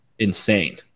Insane